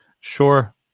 Sure